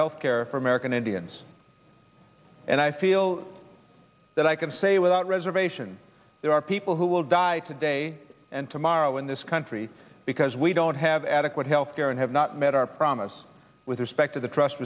health care for american indians and i feel that i can say without reservation there are people who will die today and tomorrow in this country because we don't have adequate health care and have not met our promise with respect to the trust